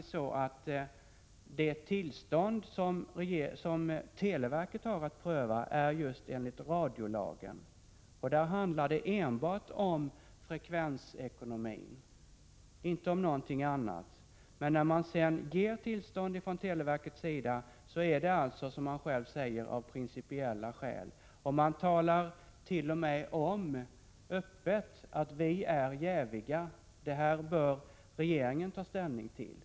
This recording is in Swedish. Televerket har att pröva tillstånden enligt radiolagen, och då handlar det enbart om frekvensekonomin. När man inom televerket sedan avslår ansökan om tillstånd gör man det, som man själv säger, av principiella skäl. Man säger t.o.m. öppet: Vi är jäviga. Detta bör regeringen ta ställning till.